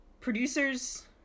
Producers